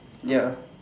ya